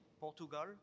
Portugal